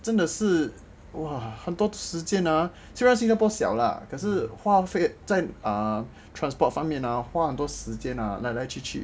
真的是 !wah! 很多时间 ah 虽然新加坡小 lah 可是花费在 ah transport 方面 ah 花很多时间 ah 来来去去